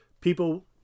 people